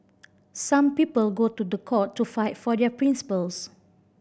some people go to court to fight for their principles